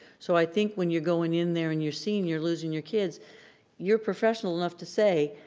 so i think when you're going in there and you're seeing you're losing your kids you're professional enough to say,